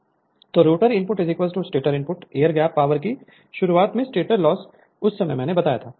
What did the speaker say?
Refer Slide Time 1557 तो rotor input stator input air gap power की शुरुआत में स्टेटर लॉस उस समय मैंने बताया था